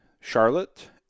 Charlotte